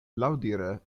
laŭdire